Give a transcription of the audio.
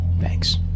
Thanks